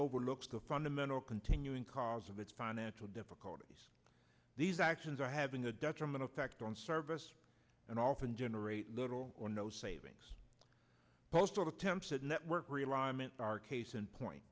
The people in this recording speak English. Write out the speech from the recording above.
overlooks the fundamental continuing cause of its financial difficulties these actions are having a detrimental effect on service and often generate little or no savings post attempts at network realignment are case in point